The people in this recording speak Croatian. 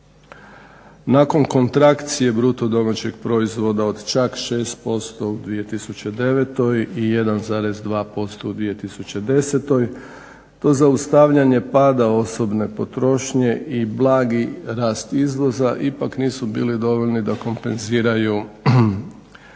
nakon kontrakcije BDP-a od čak 6% u 2009. i 1,2% u 2010., to zaustavljanje pada osobne potrošnje i blagi rast izvoza ipak nisu bili dovoljni da kompenziraju pad